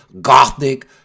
gothic